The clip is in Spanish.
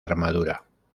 armadura